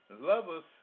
lovers